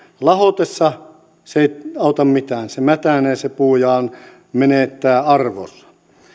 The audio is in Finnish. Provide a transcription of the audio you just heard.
lahotessa se ei auta mitään se puu mätänee ja menettää arvonsa